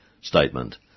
statement